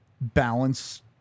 balance